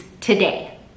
today